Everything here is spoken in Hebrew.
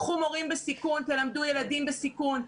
קחו מורים בסיכון, תלמדו ילדים בסיכון.